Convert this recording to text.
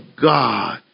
God